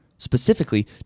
specifically